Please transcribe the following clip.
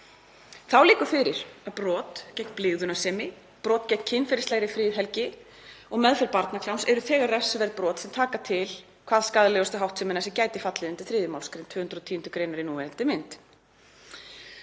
Þá liggur fyrir að brot gegn blygðunarsemi, brot gegn kynferðislegri friðhelgi og meðferð barnakláms eru þegar refsiverð brot sem taka til hvað skaðlegustu háttseminnar sem gæti fallið undir 3. mgr. 210. gr. í núverandi mynd.